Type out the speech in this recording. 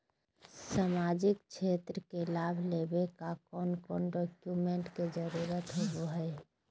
सामाजिक क्षेत्र के लाभ लेबे ला कौन कौन डाक्यूमेंट्स के जरुरत होबो होई?